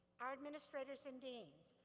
our administrators and deans.